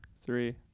three